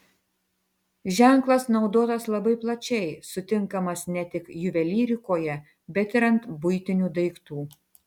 ženklas naudotas labai plačiai sutinkamas ne tik juvelyrikoje bet ir ant buitinių daiktų